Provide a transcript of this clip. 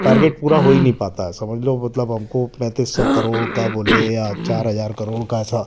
target पूरा हो ही नहीं पाता है समझ लो मतलब हमको पैंतीस सौ करोड़ का बोले या चार हजार करोड़ का ऐसा